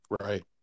Right